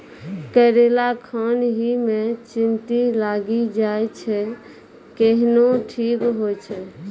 करेला खान ही मे चित्ती लागी जाए छै केहनो ठीक हो छ?